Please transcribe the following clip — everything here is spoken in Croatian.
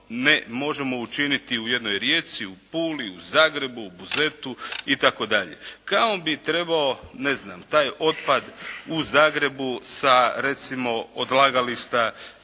ne možemo učiniti u jednoj Rijeci, u Puli, u Zagrebu, u Buzetu itd. Kamo bi trebao, ne znam, taj otpad u Zagrebu sa, recimo odlagališta